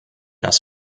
das